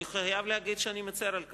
אני חייב להגיד שאני מצר על כך,